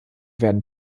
werden